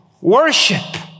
worship